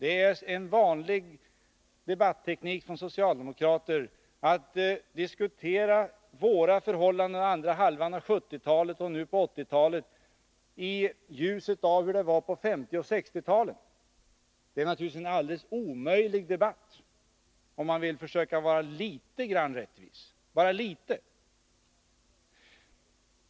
Det är en vanlig debatteknik hos socialdemokrater att diskutera våra förhållanden under andra halvan av 1970-talet och nu på 1980-talet i ljuset av hur det var på 1950 och 1960-talen. Det är naturligtvis en alldeles omöjlig debatt, om man vill försöka vara litet grand rättvis, bara litet.